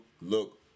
look